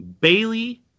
Bailey